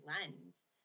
lens